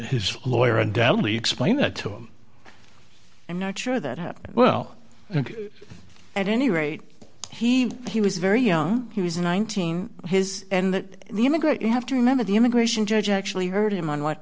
his lawyer in delhi explain it to him i'm not sure that up well at any rate he he was very young he was nineteen his and the immigrant you have to remember the immigration judge actually heard him on what